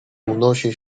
unosi